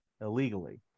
illegally